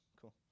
Cool